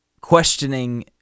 questioning